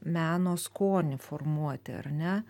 meno skonį formuoti ar ne